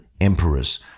emperors